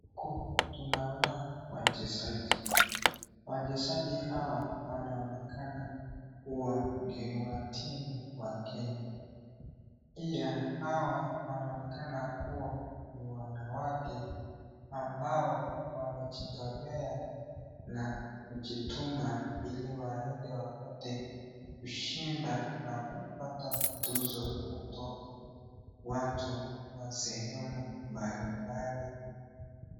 Tunaona wachezaji. Wachezaji hawa wanaonekana kuwa ni wa timu wa Kenya. Pia hawa wanaonekana kuwa ni wanawake ambao wamejitolea na kujituma ili waende wapate kushinda na kupata tuzo kutoka watu wa sehemu mbalimbali.